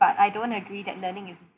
but I don't agree that learning is